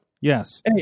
Yes